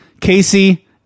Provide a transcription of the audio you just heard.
casey